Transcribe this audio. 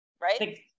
right